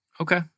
Okay